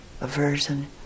aversion